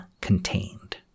contained